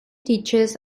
teaches